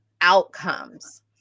outcomes